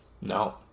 no